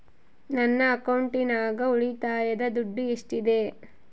ನನ್ನ ಅಕೌಂಟಿನಾಗ ಉಳಿತಾಯದ ದುಡ್ಡು ಎಷ್ಟಿದೆ?